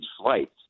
flights